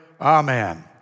Amen